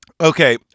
Okay